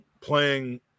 playing